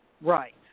right